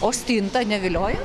o stinta nevilioja